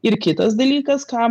ir kitas dalykas ką